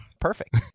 perfect